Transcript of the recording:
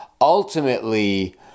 ultimately